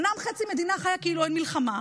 אומנם חצי מדינה חיה כאילו אין מלחמה,